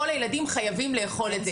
כל הילדים חייבים לאכול את זה.